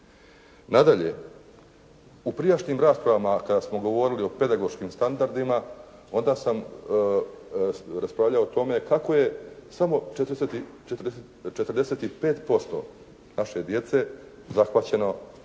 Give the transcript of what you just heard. Nadalje, u prijašnjim raspravama kada smo govorili o pedagoškim standardima, onda sam raspravljao o tome kako je samo 45% naše djece zahvaćeno vrtićkim